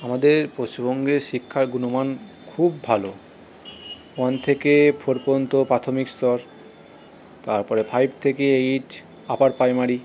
আমাদের পশ্চিমবঙ্গে শিক্ষার গুণমান খুব ভালো ওয়ান থেকে ফোর পর্যন্ত প্রাথমিক স্তর তারপরে ফাইভ থেকে এইট আপার পাইমারি